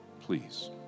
please